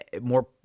more